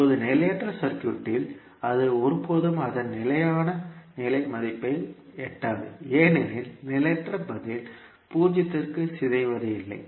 இப்போது நிலையற்ற சர்க்யூட்டில் அது ஒருபோதும் அதன் நிலையான நிலை மதிப்பை எட்டாது ஏனெனில் நிலையற்ற பதில் பூஜ்ஜியத்திற்கு சிதைவதில்லை